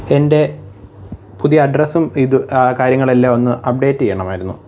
എൻ്റെ പുതിയ അഡ്രസ്സും ഇത് കാര്യങ്ങളെല്ലാം ഒന്ന് അപ്ഡേറ്റ് ചെയ്യണമായിരുന്നു